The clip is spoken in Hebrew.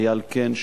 איל קן,